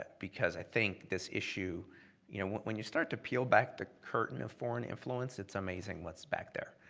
but because i think this issue you know when you start to peel back the curtain of foreign influence it's amazing what's back there.